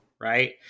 Right